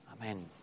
Amen